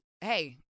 hey